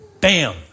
bam